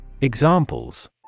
Examples